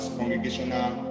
Congregational